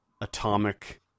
atomic